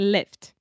Lift